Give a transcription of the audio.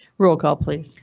roll call please.